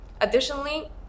Additionally